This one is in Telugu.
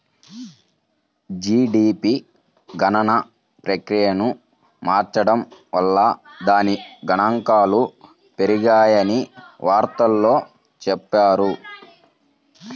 జీడీపీ గణన ప్రక్రియను మార్చడం వల్ల దాని గణాంకాలు పెరిగాయని వార్తల్లో చెప్పారు